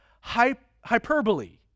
hyperbole